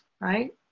right